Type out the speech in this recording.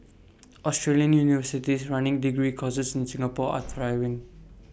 Australian universities running degree courses in Singapore are thriving